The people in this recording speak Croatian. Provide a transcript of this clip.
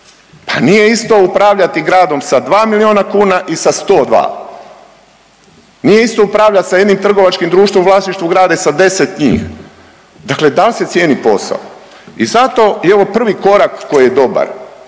Pa nije isto upravljati gradom sa 2 milijuna kuna i sa 102. Nije isto upravljati sa jednim trgovačkim društvom u vlasništvu grada i sa 10 njih. Dakle, da li se cijeni posao? I zato evo prvi korak koji je dobar,